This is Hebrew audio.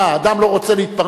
מה, אדם לא רוצה להתפרנס?